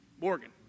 Morgan